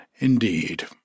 Indeed